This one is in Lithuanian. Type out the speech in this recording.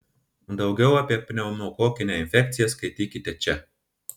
daugiau apie pneumokokinę infekciją skaitykite čia